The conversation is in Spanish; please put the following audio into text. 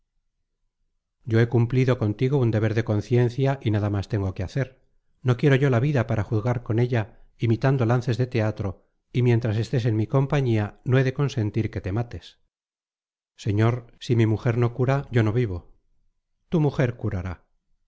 yo he cumplido contigo un deber de conciencia y nada más tengo que hacer no quiero yo la vida para jugar con ella imitando lances de teatro y mientras estés en mi compañía no he de consentir que te mates señor si mi mujer no cura yo no vivo tu mujer curará